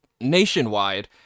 nationwide